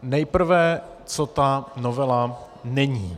Nejprve co ta novela není.